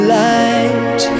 light